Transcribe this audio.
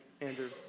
Andrew